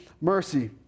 Mercy